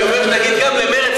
אני אומר: תגיד גם למרצ,